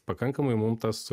pakankamai mum tas